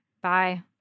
bye